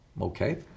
Okay